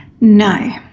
no